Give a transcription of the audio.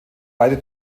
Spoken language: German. beide